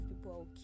people